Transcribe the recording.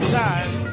time